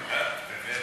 באמת?